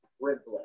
privilege